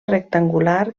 rectangular